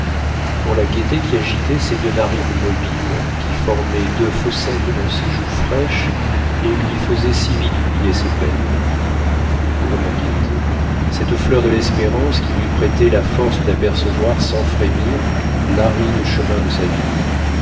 pour la gaieté qui agitait ses deux narines mobiles qui formait deux fossettes dans ses joues fraîches et lui faisait si vite oublier ses peines pour la gaieté cette fleur de l'espérance qui lui prêtait la force d'apercevoir sans frémir l'aride chemin de sa vie